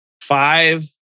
five